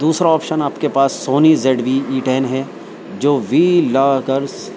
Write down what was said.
دوسرا آپشن آپ کے پاس Sony Z V E ten ہے جو وی لاکرس